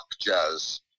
jazz